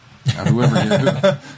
Whoever